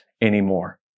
anymore